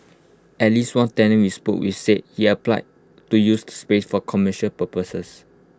at least one tenant we spoke with said he had applied to use space for commercial purposes